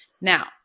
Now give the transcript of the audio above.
Now